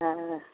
हा